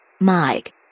Mike